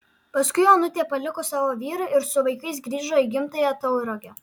paskui onutė paliko savo vyrą ir su vaikais grįžo į gimtąją tauragę